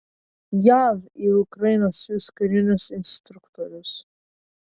jav į ukrainą siųs karinius instruktorius